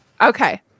okay